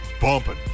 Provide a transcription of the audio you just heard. bumping